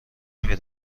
نمی